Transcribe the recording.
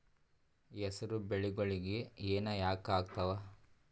ಹೆಸರು ಬೆಳಿಗೋಳಿಗಿ ಹೆನ ಯಾಕ ಆಗ್ತಾವ?